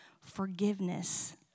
forgiveness